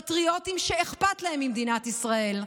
פטריוטים שאכפת להם ממדינת ישראל,